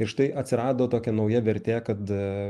ir štai atsirado tokia nauja vertė kad